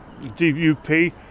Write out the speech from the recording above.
DUP